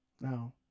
no